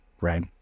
right